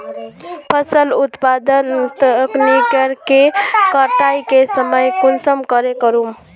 फसल उत्पादन तकनीक के कटाई के समय कुंसम करे करूम?